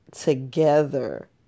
together